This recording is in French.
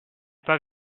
pas